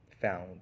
found